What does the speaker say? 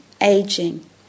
aging